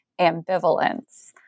ambivalence